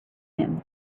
him